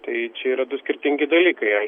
tai čia yra du skirtingi dalykai